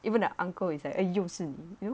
even the uncle is like uh 又是你 you know